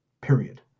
period